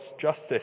justice